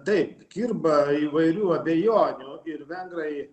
taip kirba įvairių abejonių ir vengrai